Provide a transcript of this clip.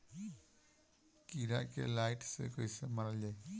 कीड़ा के लाइट से कैसे मारल जाई?